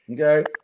Okay